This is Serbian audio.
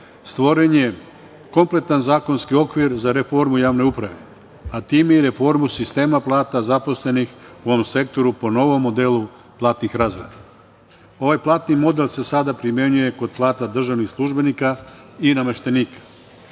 stvoren je kompletan zakonski okvir za reformu javne uprave, a time i reformu sistema plata zaposlenih u ovom sektoru po novom modelu platnih razreda. Ovaj platni model se sada primenjuje kod plata državnih službenika i nameštenika,